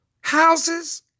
houses